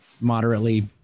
moderately